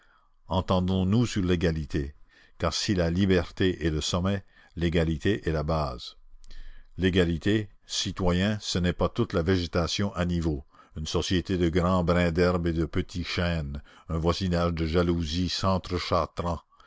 entendons-nous sur l'égalité car si la liberté est le sommet l'égalité est la base l'égalité citoyens ce n'est pas toute la végétation à niveau une société de grands brins d'herbe et de petits chênes un voisinage de jalousies